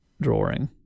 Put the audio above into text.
drawing